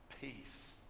Peace